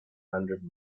hundred